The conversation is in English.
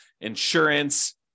insurance